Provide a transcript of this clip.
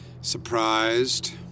Surprised